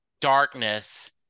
darkness